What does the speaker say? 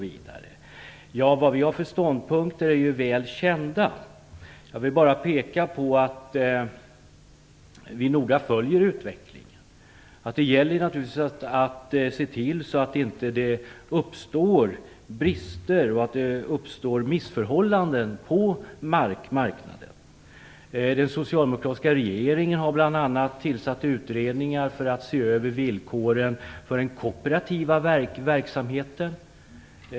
Vad vi har för ståndpunkter är väl känt. Jag vill bara peka på att vi noga följer utvecklingen. Det gäller naturligtvis att se till att det inte uppstår brister och missförhållanden på marknaden. Den socialdemokratiska regeringen har bl.a. tillsatt utredningar för att se över villkoren för den kooperativa verksamheten.